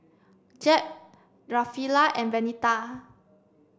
Jeb Rafaela and Venita